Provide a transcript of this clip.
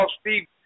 Steve